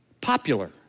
popular